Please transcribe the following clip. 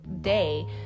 day